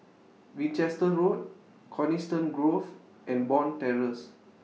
Winchester Road Coniston Grove and Bond Terrace